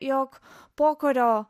jog pokario